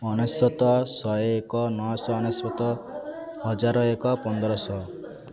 ଅନେଶତ ଶହେ ଏକ ନଅଶହ ଅନେଶତ ହଜାର ଏକ ପନ୍ଦର ଶହ